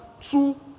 two